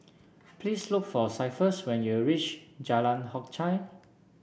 please look for Cephus when you reach Jalan Hock Chye